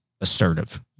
assertive